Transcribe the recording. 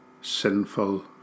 sinful